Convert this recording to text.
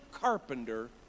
carpenter